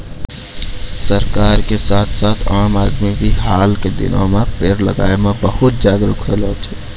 सरकार के साथ साथ आम आदमी भी हाल के दिनों मॅ पेड़ लगाय मॅ बहुत जागरूक होलो छै